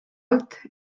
alt